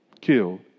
killed